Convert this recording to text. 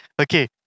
Okay